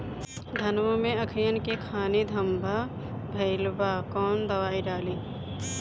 धनवा मै अखियन के खानि धबा भयीलबा कौन दवाई डाले?